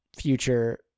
future